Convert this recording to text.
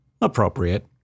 Appropriate